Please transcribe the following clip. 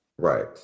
Right